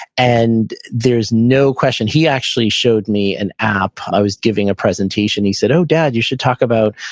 and there's no question. he actually showed me an app. i was giving a presentation. he said, oh dad, you should talk about,